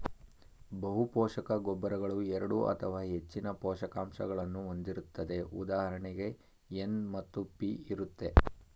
ಬಹುಪೋಷಕ ಗೊಬ್ಬರಗಳು ಎರಡು ಅಥವಾ ಹೆಚ್ಚಿನ ಪೋಷಕಾಂಶಗಳನ್ನು ಹೊಂದಿರುತ್ತದೆ ಉದಾಹರಣೆಗೆ ಎನ್ ಮತ್ತು ಪಿ ಇರುತ್ತೆ